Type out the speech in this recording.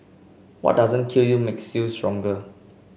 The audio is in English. what doesn't kill you makes you stronger